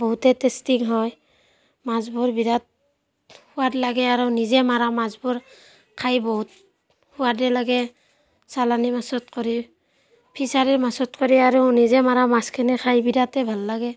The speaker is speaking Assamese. বহুতেই টেষ্টি হয় মাছবোৰ বিৰাট সোৱাদ লাগে আৰু নিজে মৰা মাছবোৰ খাই বহুত সোৱাদেই লাগে চালানি মাছত কৰি ফিছাৰিৰ মাছত কৰি আৰু নিজে মৰা মাছখিনি খাই বিৰাটেই ভাল লাগে